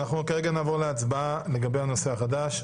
אנחנו כרגע נעבור להצבעה לגבי הנושא החדש.